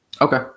okay